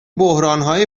بحرانهای